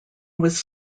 was